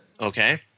Okay